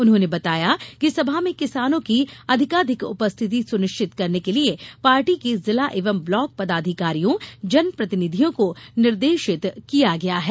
उन्होंने बताया कि सभा में किसानों की अधिकाधिक उपस्थिति सुनिश्चित करने के लिए पार्टी के जिला एवं ब्लाक पदाधिकारियों जनप्रतिनिधियों को निर्देशित किया गया है